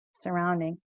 surrounding